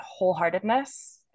wholeheartedness